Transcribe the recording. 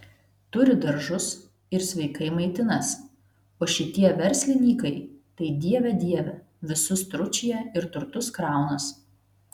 turi daržus ir sveikai maitinas o šitie verslinykai tai dieve dieve visus tručija ir turtus kraunas